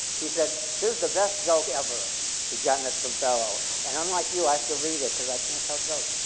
he said, this is the best joke ever. he'd gotten it from bellow, and unlike you i have to read it, cause i can't tell jokes.